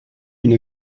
une